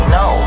no